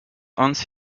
once